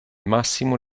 massimo